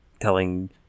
telling